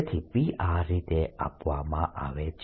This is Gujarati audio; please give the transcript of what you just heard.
તેથી P આ રીતે આપવામાં આવે છે